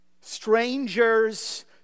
Strangers